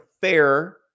fair